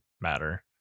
matter